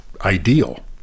ideal